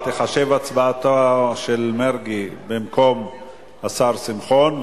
תיחשב הצבעתו של השר מרגי במקום השר שמחון,